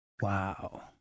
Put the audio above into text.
Wow